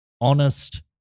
honest